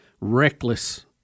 reckless